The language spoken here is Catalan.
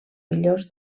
millors